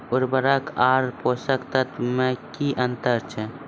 उर्वरक आर पोसक तत्व मे की अन्तर छै?